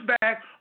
back